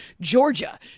Georgia